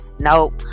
nope